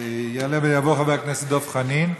יעלה ויבוא חבר הכנסת דב חנין.